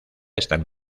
están